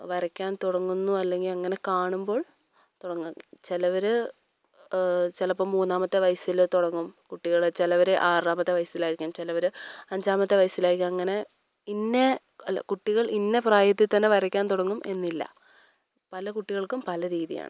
വരയ്ക്കാൻ തുടങ്ങുന്നു അല്ലെങ്കിൽ അങ്ങനെ കാണുമ്പോൾ തുടങ്ങും ചിലവർ ചിലപ്പം മൂന്നാമത്തെ വയസ്സിൽ തുടങ്ങും കുട്ടികൾ ചിലവർ ആറാമത്തെ വയസ്സിലായിരിക്കും ചിലവർ അഞ്ചാമത്തെ വയസ്സിലായിരിക്കും അങ്ങനെ ഇന്ന അല്ല കുട്ടികൾ ഇന്ന പ്രായത്തിൽ തന്നെ വരയ്ക്കാൻ തുടങ്ങും എന്നില്ല പല കുട്ടികൾക്കും പല രീതിയാണ്